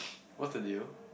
what's the deal